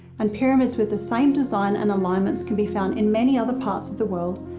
and pyramids with the same design and alignments can be found in many other parts of the world,